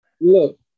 Look